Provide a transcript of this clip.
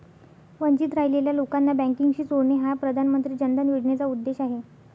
वंचित राहिलेल्या लोकांना बँकिंगशी जोडणे हा प्रधानमंत्री जन धन योजनेचा उद्देश आहे